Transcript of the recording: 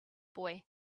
boy